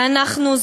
ואנחנו,